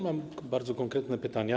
Mam bardzo konkretne pytania.